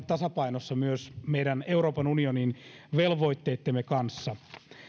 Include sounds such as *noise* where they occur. *unintelligible* tasapainossa myös meidän euroopan unionin velvoitteittemme kanssa